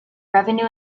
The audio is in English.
revenue